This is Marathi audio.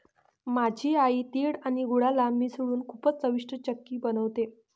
माझी आई तिळ आणि गुळाला मिसळून खूपच चविष्ट चिक्की बनवते